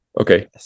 okay